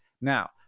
Now